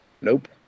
Nope